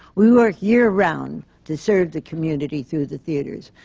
we work year-round to serve the community through the theatres.